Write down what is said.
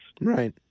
Right